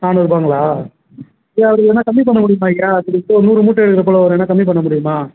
நானூறுபாங்களா இல்லை ஒரு எதுனா கம்மி பண்ண முடியுமா ஐயா சரி இப்போ ஒரு நூறு மூட்டை இதை போல் வாங்கிறேன்னா கம்மி பண்ண முடியுமா